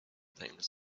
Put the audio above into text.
things